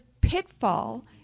pitfall